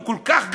הוא כל כך גדול,